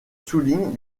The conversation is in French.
soulignent